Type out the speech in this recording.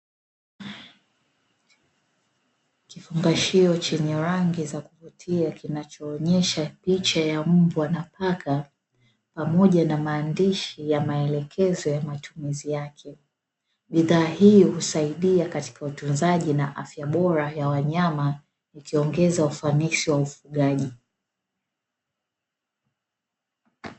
Kifungashio chenye rangi za kuvutia kinachoonyesha picha ya mbwa na paka, pamoja na maandishi ya maelekezo ya matumizi yake. Bidhaa hii husaidia katika utunzaji na afya bora ya wanyama, ikiongeza ufansi wa ufugaji.